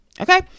Okay